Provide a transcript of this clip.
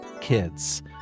kids